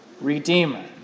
Redeemer